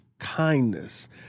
kindness